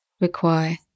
require